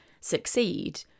succeed